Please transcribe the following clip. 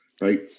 right